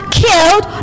killed